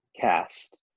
cast